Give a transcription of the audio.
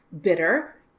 bitter